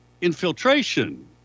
infiltration